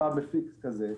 מפיק כזה,